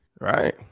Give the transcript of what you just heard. right